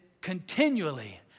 continually